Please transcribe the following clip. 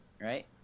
right